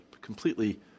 completely